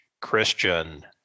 Christian